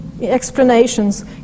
explanations